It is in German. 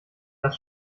das